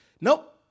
nope